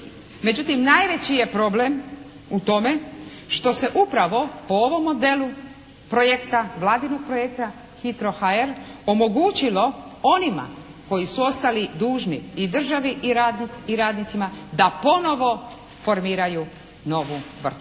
Međutim najveći je problem u tome što se upravo po ovom modelu projekta, vladinog projekta "Hitro HR" omogućilo onima koji su ostali dužni i državi i radnicima da ponovo formiraju novu tvrtku.